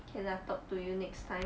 K lah talk to you next time